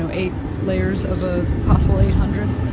so eight layers of a possible eight hundred.